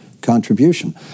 contribution